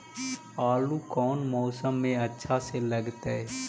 आलू कौन मौसम में अच्छा से लगतैई?